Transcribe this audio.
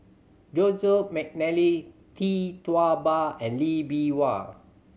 Joseph McNally Tee Tua Ba and Lee Bee Wah